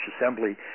Assembly